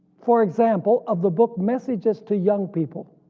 for example of the book messages to young people.